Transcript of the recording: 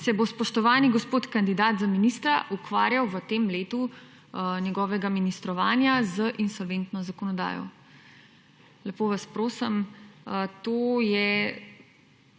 se bo, spoštovani gospod kandidat za ministra, ukvarjal v tem letu njegovega ministrovanja z insolventno zakonodajo. Lepo vas prosim, to je